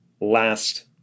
last